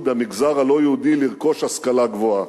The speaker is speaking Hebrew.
המגזר הלא-יהודי לרכוש השכלה גבוהה.